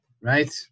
Right